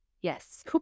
Yes